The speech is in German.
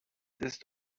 ist